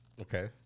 Okay